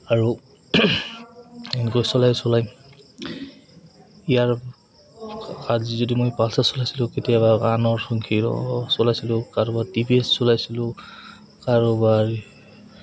আৰু এনেকৈ চলাই চলাই ইয়াৰ আজি যদি মই পালচাৰ চলাইছিলোঁ কেতিয়াবা আনৰ এখন হিৰ' চলাইছিলোঁ কাৰোবাৰ টি ভি এছ চলাইছিলোঁ কাৰোবাৰ